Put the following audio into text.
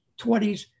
20s